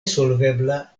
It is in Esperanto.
solvebla